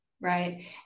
Right